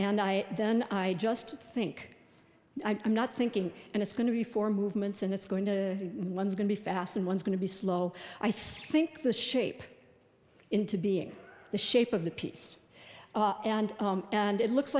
and i then i just think i'm not thinking and it's going to be for movements and it's going to one is going to be fast and one is going to be slow i think the shape into being the shape of the piece and and it looks